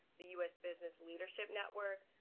the u s. business leadership network,